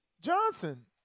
Johnson